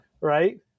right